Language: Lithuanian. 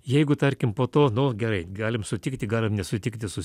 jeigu tarkim po to nu gerai galim sutikti galim nesutikti su